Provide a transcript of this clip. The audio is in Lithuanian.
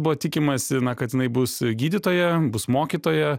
buvo tikimasi kad jinai bus gydytoja bus mokytoja